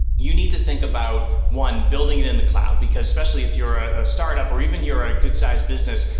you need to think about, one, building it in the cloud because especially if you're a startup or even you're a good sized business,